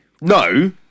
No